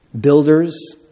builders